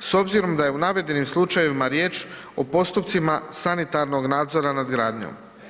s obzirom da je u navedenim slučajevima riječ o postupcima sanitarnog nadzora nad gradnjom.